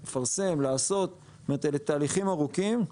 לפרסם, לעשות, אלה תהליכים ארוכים.